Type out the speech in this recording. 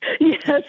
Yes